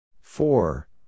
Four